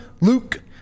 Luke